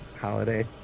holiday